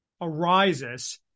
arises